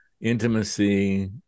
intimacy